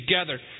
together